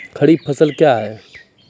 खरीफ फसल क्या हैं?